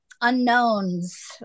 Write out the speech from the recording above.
unknowns